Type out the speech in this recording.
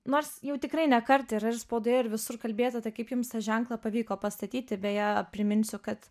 nors jau tikrai ne kartą yra ir spaudoje ir visur kalbėjote tai kaip jums tą ženklą pavyko pastatyti beje priminsiu kad